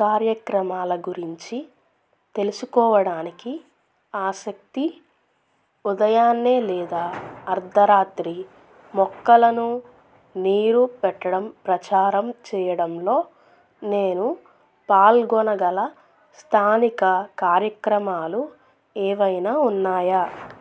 కార్యక్రమాల గురించి తెలుసుకోవడానికి ఆసక్తి ఉదయాన్నే లేదా అర్థరాత్రి మొక్కలను నీరు పెట్టడం ప్రచారం చేయడంలో నేను పాల్గొనగల స్థానిక కార్యక్రమాలు ఏవైనా ఉన్నాయా